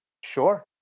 Sure